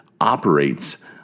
operates